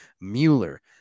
Mueller